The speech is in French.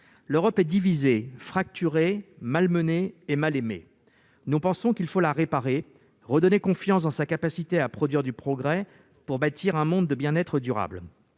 l'Europe est divisée, fracturée, malmenée et mal-aimée. Nous pensons qu'il faut la réparer, qu'il faut redonner confiance dans sa capacité à produire du progrès pour bâtir un monde de bien-être durable.